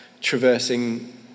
traversing